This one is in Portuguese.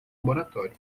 laboratório